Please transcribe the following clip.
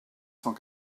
cent